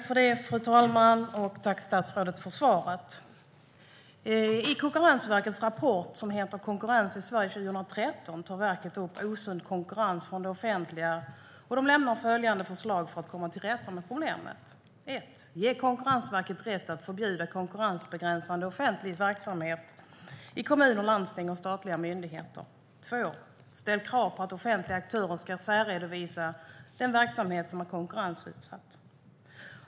Fru talman! Jag tackar statsrådet för svaret. I Konkurrensverkets rapport Konkurrensen i Sverige 2013 tar verket upp osund konkurrens från det offentliga och lämnar följande förslag för att komma till rätta med problemen: Konkurrensverket ges rätt att förbjuda konkurrensbegränsande offentlig verksamhet i kommuner, landsting och statliga myndigheter. Krav ställs på att offentliga aktörer ska särredovisa den verksamhet som är konkurrensutsatt.